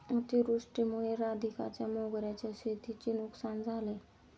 अतिवृष्टीमुळे राधिकाच्या मोगऱ्याच्या शेतीची नुकसान झाले